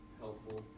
helpful